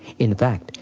in fact,